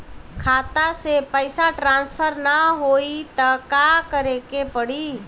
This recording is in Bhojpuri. खाता से पैसा टॉसफर ना होई त का करे के पड़ी?